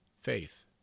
faith